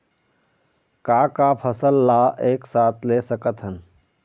का का फसल ला एक साथ ले सकत हन?